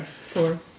Four